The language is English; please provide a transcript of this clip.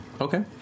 Okay